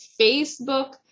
Facebook